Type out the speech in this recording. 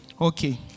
Okay